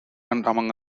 among